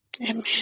Amen